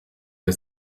der